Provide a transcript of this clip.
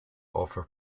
offer